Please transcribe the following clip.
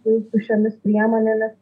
su su šiomis priemonėmis